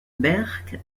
berck